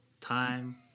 time